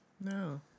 No